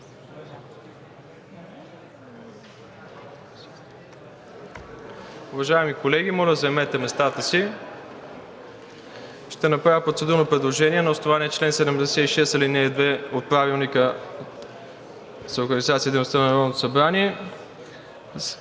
Уважаеми колеги, моля, заемете местата си. Ще направя процедурно предложение на основание чл. 76, ал. 2 от Правилника за